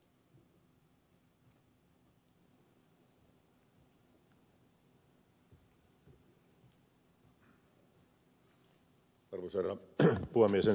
ensin pari kommenttia ed